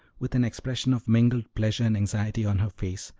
with an expression of mingled pleasure and anxiety on her face,